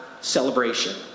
celebration